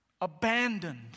abandoned